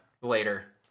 later